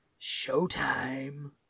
Showtime